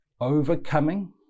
overcoming